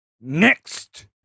next